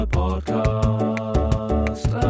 podcast